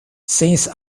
since